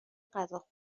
غذا